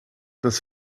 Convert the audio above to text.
des